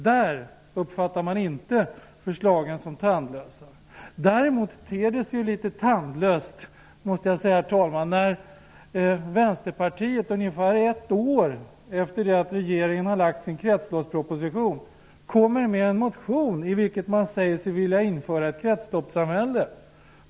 Där uppfattar man inte förslagen som tandlösa. Däremot ter det sig litet tandlöst, måste jag säga, när Vänsterpartiet ungefär ett år efter det att regeringen har lämnat sin kretsloppsproposition kommer med en motion, i vilken man säger sig vilja införa ett kretsloppssamhälle.